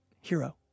hero